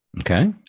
Okay